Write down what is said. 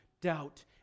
doubt